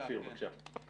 אופיר, בבקשה.